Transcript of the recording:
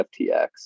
FTX